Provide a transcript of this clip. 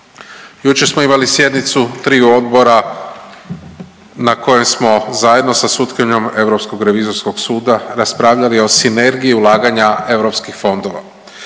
Jučer smo imali sjednicu triju odbora na kojem smo zajedno sa sutkinjom Europskog revizorskog suda raspravljali o sinergiji ulaganja eu fondova.